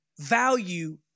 value